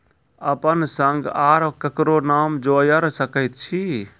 अपन संग आर ककरो नाम जोयर सकैत छी?